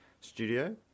studio